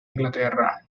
inglaterra